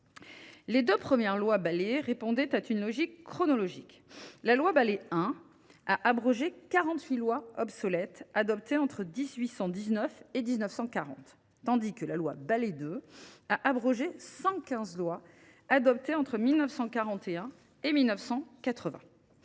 Les deux premières lois Balai répondaient à une logique chronologique : la loi Balai I a abrogé quarante huit lois obsolètes adoptées entre 1819 et 1940, tandis que la loi Balai II a abrogé cent quinze lois adoptées entre 1941 et 1980.